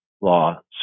law